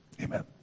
Amen